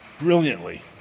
brilliantly